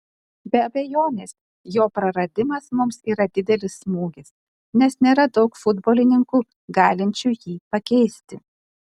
be abejonės jo praradimas mums yra didelis smūgis nes nėra daug futbolininkų galinčių jį pakeisti